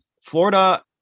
Florida